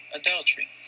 adultery